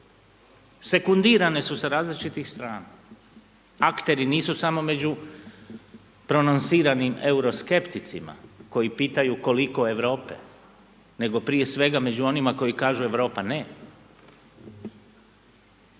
sekundirane su sa različitih strana, akteri nisu samo među prononsiranim euroskepticima koji pitaju koliko Europe, nego prije svega među onima koji kažu Europa ne.